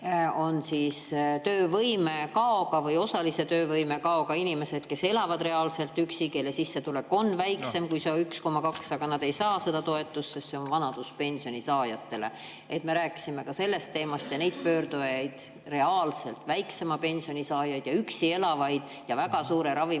poole töövõime kaoga või osalise töövõime kaoga inimesed, kes elavad reaalselt üksi, kelle sissetulek on väiksem kui see 1,2 keskmist pensioni, aga nad ei saa seda toetust, sest see on vanaduspensioni saajatele. Me rääkisime ka sellest teemast ja neid pöördujaid – reaalselt väiksema pensioni saajaid ja üksi elavaid ja väga suure ravimikuluga